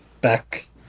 back